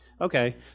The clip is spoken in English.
okay